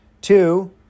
Two